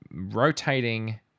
Rotating